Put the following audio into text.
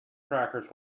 crackers